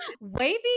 wavy